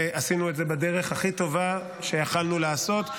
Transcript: ועשינו את זה בדרך הכי טובה שיכולנו לעשות.